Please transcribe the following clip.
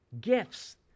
gifts